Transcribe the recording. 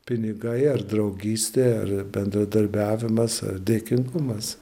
pinigai ar draugystė ar bendradarbiavimas ar dėkingumas